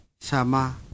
Sama